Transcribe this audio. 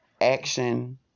action